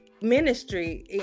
ministry